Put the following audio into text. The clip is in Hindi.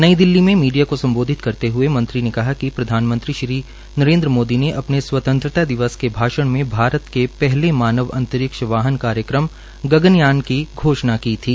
नई दिल्ली में मीडिया को स्म्बोधित करते हए मंत्री ने कहा कि प्रधानमंत्री श्री नरेन्द्र मोदी ने अपने स्वतंत्रता दिवस के भाषण में भारत के पहले मानव अंतरिक्ष वाहन कार्यक्रम गगनयान की घोषणा की थी